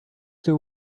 two